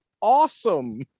awesome